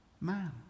man